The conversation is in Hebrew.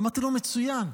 אמרתי לו: מצוין,